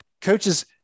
Coaches